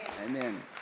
Amen